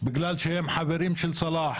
בגלל שהם חברים של סלאח